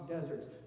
deserts